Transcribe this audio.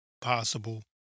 possible